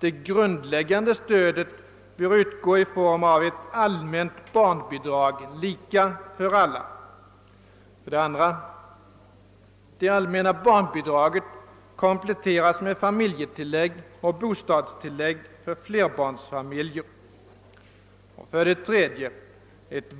Det grundläggande stödet bör utgå i form av ett allmänt barnbidrag, lika för alla.